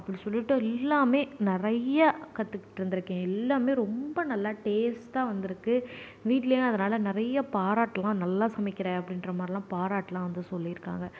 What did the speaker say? அப்படி சொல்லிட்டு எல்லாமே நிறையா கற்றுக்குட்டு இருந்துருக்கேன் எல்லாமே ரொம்ப நல்லா டேஸ்டாக வந்திருக்கு வீட்டிலயும் அதனால நிறையா பாராட்டுலாம் நல்லா சமைக்கிற அப்படின்ற மாதிரிலான் பாராட்டுலாம் வந்து சொல்லியிருக்காங்க